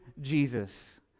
Jesus